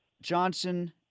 Johnson